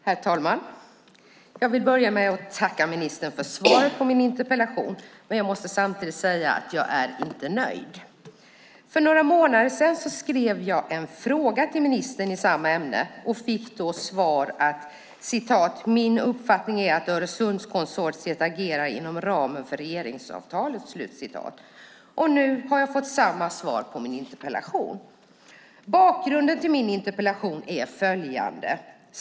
Herr talman! Jag vill börja med att tacka ministern för svaret på min interpellation, men jag måste samtidigt säga att jag inte är nöjd. För några månader sedan skrev jag en fråga till ministern i samma ämne och fick då svaret: "Min uppfattning är att Öresundskonsortiet agerar inom ramen för regeringsavtalet." Och nu har jag fått samma svar på min interpellation. Bakgrunden till min interpellation är följande.